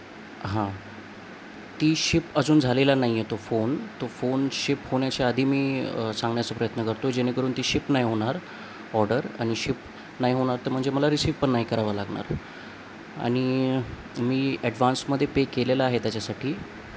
हां ती शिप अजून झालेला नाही आहे तो फोन तो फोन शिप होण्याच्या आधी मी सांगण्याचा प्रयत्न करतो जेणेकरून ती शिप नाही होणार ऑर्डर आणि शिप नाही होणार तर म्हणजे मला रिसीव पण नाही करावा लागणार आणि मी ॲडवान्समध्ये पे केलेला आहे त्याच्यासाठी